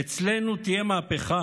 אצלנו תהיה מהפכה